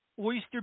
Oyster